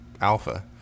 Alpha